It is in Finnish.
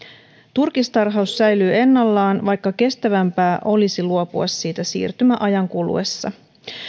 turkistarhaus säilyy ennallaan vaikka kestävämpää olisi luopua siitä siirtymäajan kuluessa